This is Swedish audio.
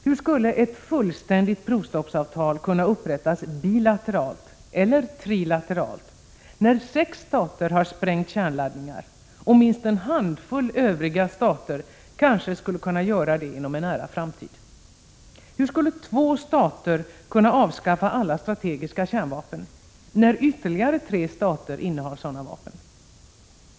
Hur skulle ett fullständigt provstoppsavtal kunna upprättas bilateralt eller trilateralt när sex stater har sprängt kärnladdningar och minst en handfull Övriga stater kanske skulle kunna göra det inom en nära framtid? Hur skulle två stater kunna avskaffa alla strategiska kärnvapen när ytterligare tre stater innehar sådana vapen?